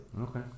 Okay